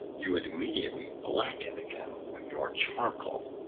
you would immediately blacken again with your charcoal.